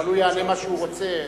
אבל הוא יענה מה שהוא רוצה.